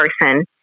person